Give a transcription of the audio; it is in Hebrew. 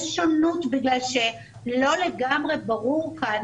יש שונות בגלל שלא לגמרי ברור כאן